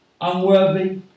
unworthy